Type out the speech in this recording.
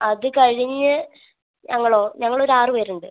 അത് കഴിഞ്ഞ് ഞങ്ങളോ ഞങ്ങൾ ഒരു ആറ് പേരുണ്ട്